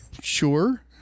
sure